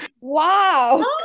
wow